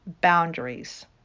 boundaries